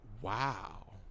wow